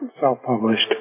Self-published